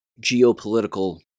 geopolitical